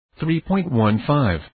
3.15